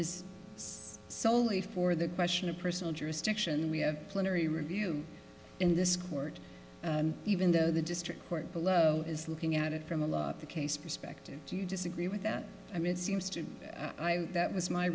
is soley for the question of personal jurisdiction we have plenary review in this court and even though the district court below is looking at it from a lot the case perspective do you disagree with that i mean it seems to that was my